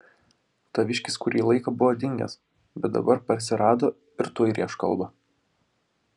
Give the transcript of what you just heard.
taviškis kurį laiką buvo dingęs bet dabar parsirado ir tuoj rėš kalbą